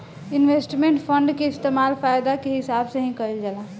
investment fund के इस्तेमाल फायदा के हिसाब से ही कईल जाला